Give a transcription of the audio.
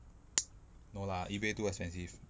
no lah ebay too expensive